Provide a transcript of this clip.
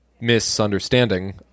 misunderstanding